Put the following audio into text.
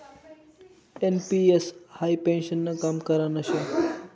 NPS high पेन्शननं काम करान शे